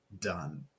done